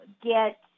get